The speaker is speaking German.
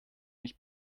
mich